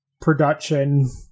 production